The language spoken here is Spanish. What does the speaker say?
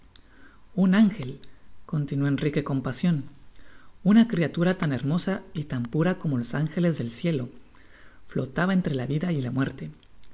un ángel continuó enrique con pasion una criatura tan hermosa y tan pura como los ángeles del cielo flotaba entre la vida y la muerte